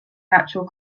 actual